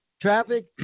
Traffic